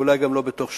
ואולי גם לא בתוך שנה,